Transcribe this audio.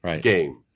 game